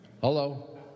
Hello